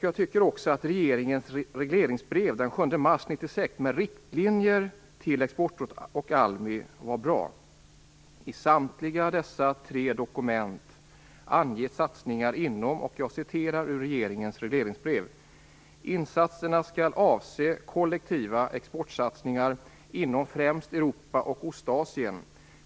Jag tycker också att regeringens regleringsbrev den 7 mars 1996 med riktlinjer till Exportrådet och ALMI var bra. I regeringens regleringsbrev skrivs bl.a. att insatserna skall avse kollektiva exportsatsningar inom främst Europa och Ostasien.